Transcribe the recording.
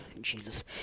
Jesus